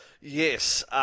Yes